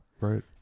Right